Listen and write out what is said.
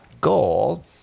goal